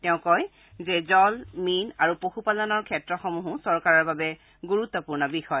তেওঁ কয় যে জল মীন আৰু পশু পালনৰ ক্ষেত্ৰসমূহো চৰকাৰৰ বাবে গুৰুত্বূৰ্ণ বিষয়